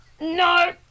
No